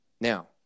now